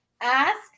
ask